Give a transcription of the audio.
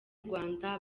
rwanda